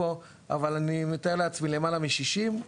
אבל אני מתאר לעצמי למעלה מ-60,